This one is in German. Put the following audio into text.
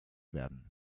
werden